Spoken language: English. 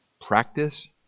Practice